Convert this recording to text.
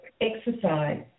exercise